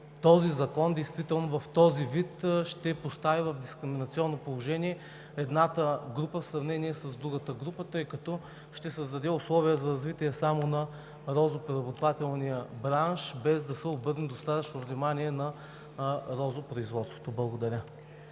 този си вид действително ще постави в дискриминационно положение едната група в сравнение с другата група, тъй като ще създаде условия за развитие само на розопреработвателния бранш, без да се обърне достатъчно внимание на розопроизводството. Благодаря.